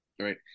right